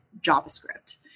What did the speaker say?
JavaScript